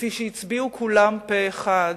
כפי שהצביעו כולם פה-אחד,